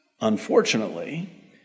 Unfortunately